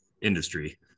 industry